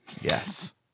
Yes